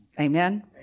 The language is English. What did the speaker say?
Amen